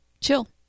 chill